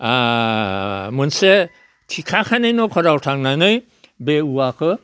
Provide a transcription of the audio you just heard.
मोनसे थिखा खानाय न'खराव थांनानै बे औवाखो